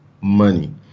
money